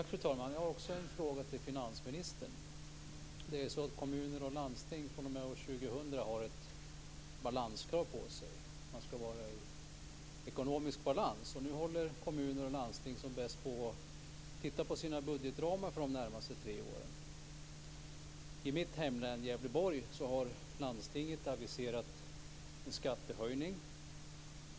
Fru talman! Jag har också en fråga till finansministern. fr.o.m. år 2000 har kommuner och landsting ett balanskrav. De skall vara i ekonomisk balans. Nu håller kommuner och landsting som bäst på att se över sina budgetramar för de närmaste tre åren. I mitt hemlän Gävleborg har landstinget aviserat en skattehöjning.